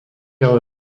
ale